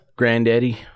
granddaddy